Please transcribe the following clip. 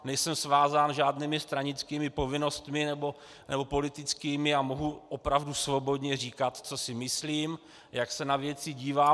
Nejsem svázán žádnými stranickými povinnostmi, nebo politickými, a mohu opravdu svobodně říkat, co si myslím, jak se na věci dívám.